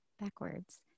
backwards